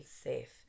safe